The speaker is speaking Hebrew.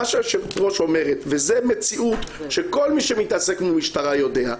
מה שהיושבת-ראש אומרת זה מציאות שכל מי שמתעסק עם המשטרה יודע.